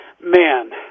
man